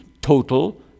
total